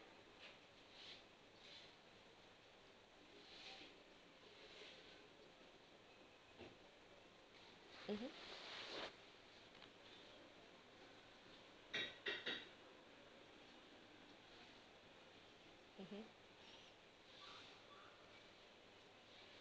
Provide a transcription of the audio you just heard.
mmhmm mmhmm